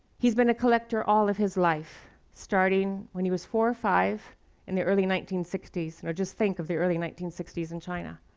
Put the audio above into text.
he's been a collector all of his life, starting when he was four or five in the early nineteen sixty s. and now, just think of the early nineteen sixty s in china.